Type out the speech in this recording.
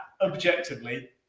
Objectively